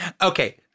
Okay